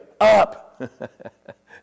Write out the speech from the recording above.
up